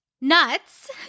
nuts